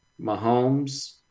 Mahomes